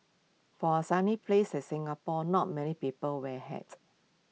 for A sunny place Singapore not many people wear A hat